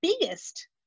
biggest